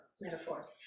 metaphor